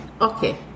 Okay